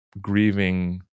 grieving